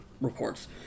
reports